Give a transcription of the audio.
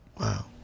Wow